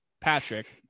Patrick